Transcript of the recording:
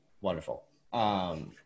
Wonderful